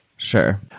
Sure